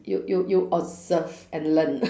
you you you observe and learn